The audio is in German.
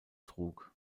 trug